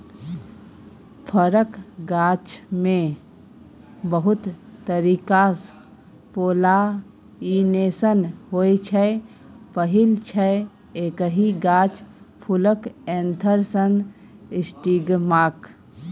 फरक गाछमे बहुत तरीकासँ पोलाइनेशन होइ छै पहिल छै एकहि गाछ फुलक एन्थर सँ स्टिगमाक